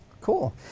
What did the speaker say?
Cool